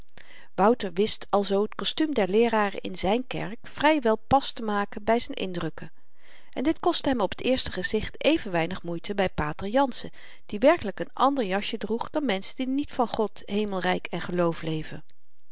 wouter wist alzoo t kostuum der leeraren in zyn kerk vry wel pas te maken by z'n indrukken en dit kostte hem op t eerste gezicht even weinig moeite by pater jansen die werkelyk n ander jasje droeg dan menschen die niet van god hemelryk en geloof leven